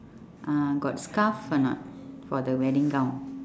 uh got scarf or not for the wedding gown